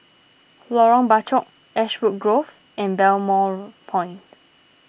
Lorong Bachok Ashwood Grove and Balmoral Point